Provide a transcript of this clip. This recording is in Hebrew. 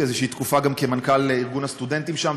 איזושהי תקופה גם כמנכ"ל ארגון הסטודנטים שם,